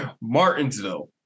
Martinsville